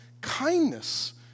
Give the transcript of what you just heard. kindness